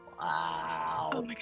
Wow